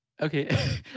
Okay